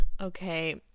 okay